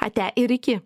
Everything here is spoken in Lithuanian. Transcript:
ate ir iki